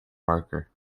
marker